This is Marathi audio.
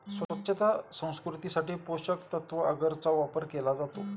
स्वच्छता संस्कृतीसाठी पोषकतत्त्व अगरचा वापर केला जातो